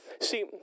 see